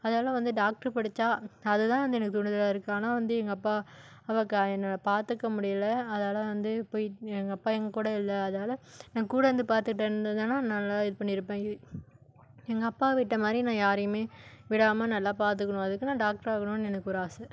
அதனால வந்து டாக்ட்ரு படித்தா அதுதான் வந்து எனக்கு ஆனால் வந்து எங்கள் அப்பா அவ கா என்னை பார்த்துக்க முடியலை அதனால வந்து போய் எங்கள் அப்பா என்கூட இல்லை அதனால நான் கூட இருந்து பார்த்துட்டு இருந்திருந்தேனால் நல்லா இது பண்ணியிருப்பேன் எங்கள் அப்பா விட்ட மாதிரி நான் யாரையுமே விடாமல் நல்லா பார்த்துக்குணும் அதுக்கு நான் டாக்ட்ராகணுமென் எனக்கு ஒரு ஆசை